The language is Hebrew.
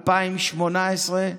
2018,